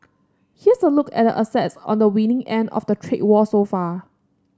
here's a look at the assets on the winning end of the trade war so far